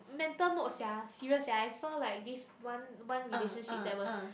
mental note sia serious sia I saw like this one one relationship that was